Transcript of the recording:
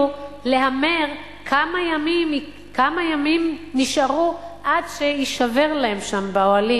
להמר כמה ימים נשארו עד שיישבר להם שם באוהלים,